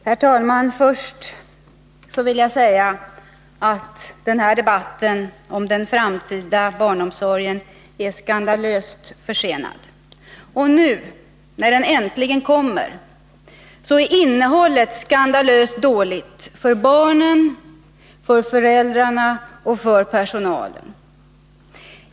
Herr talman! Först vill jag säga att denna debatt om den framtida barnomsorgen är skandalöst försenad. Och nu när den äntligen kommer är innehållet skandalöst dåligt för barnen, för föräldrarna och för personalen.